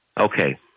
Okay